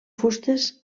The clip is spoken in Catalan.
fustes